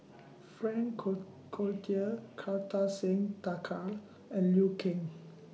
Frank Co Cloutier Kartar Singh Thakral and Liu Kang